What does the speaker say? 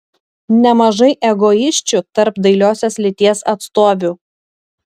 nemažai egoisčių tarp dailiosios lyties atstovių